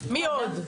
מי עוד?